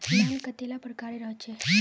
Loan कतेला प्रकारेर होचे?